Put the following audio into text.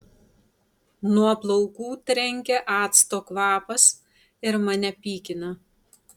nuo plaukų trenkia acto kvapas ir mane pykina